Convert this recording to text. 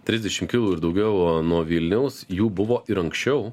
trisdešim kilų ir daugiau nuo vilniaus jų buvo ir anksčiau